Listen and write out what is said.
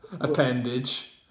appendage